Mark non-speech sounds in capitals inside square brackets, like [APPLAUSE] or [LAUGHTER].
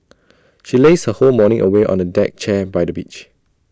[NOISE] she lazed her whole morning away on A deck chair by the beach